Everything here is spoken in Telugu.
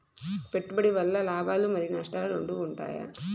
పెట్టుబడి వల్ల లాభాలు మరియు నష్టాలు రెండు ఉంటాయా?